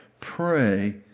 pray